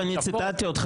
אני ציטטתי אותך,